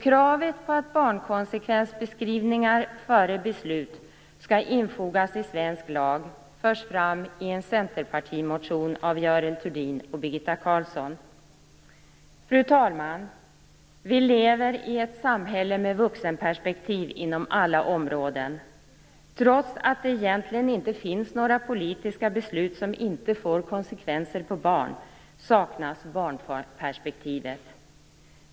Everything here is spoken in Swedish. Kravet på att barnkonsekvensbeskrivningar innan beslut skall infogas i svensk lag förs fram i en centerpartimotion av Görel Thurdin och Fru talman! Vi lever i ett samhälle med vuxenperspektiv inom alla områden. Trots att det egentligen inte finns några politiska beslut som inte får konsekvenser på barn saknas barnperspektivet.